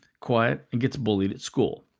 quiet, and gets bullied at school.